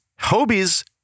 Hobie's